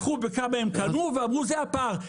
לקחו בכמה הם קנו ואמרו זה הפער,